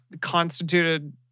constituted